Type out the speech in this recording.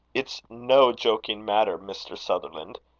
it's no joking matter, mr. sutherland,